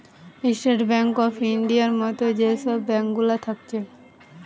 state bank of ইন্ডিয়ার মত যে সব ব্যাঙ্ক গুলা থাকছে